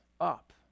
up